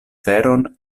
feron